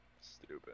Stupid